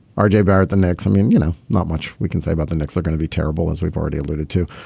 ah barrett the next i mean you know not much we can say about the knicks we're going to be terrible as we've already alluded to.